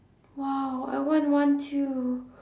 !wow! I want one too